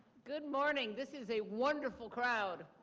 good morning, this is a wonderful crowd.